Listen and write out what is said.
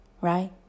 right